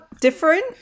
different